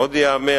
עוד ייאמר